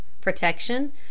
protection